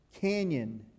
canyon